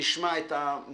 ואחר כך נשמע את המכובדים,